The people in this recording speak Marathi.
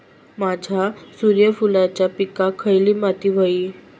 माझ्या सूर्यफुलाच्या पिकाक खयली माती व्हयी?